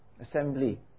Assembly